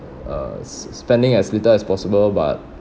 uh spending as little as possible but